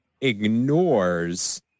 ignores